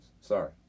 sorry